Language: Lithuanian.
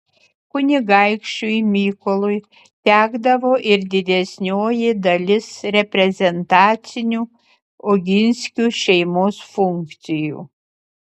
kunigaikščiui mykolui tekdavo ir didesnioji dalis reprezentacinių oginskių šeimos funkcijų